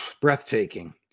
Breathtaking